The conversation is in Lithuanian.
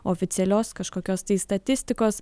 oficialios kažkokios tai statistikos